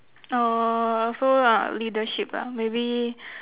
uh also lah leadership lah maybe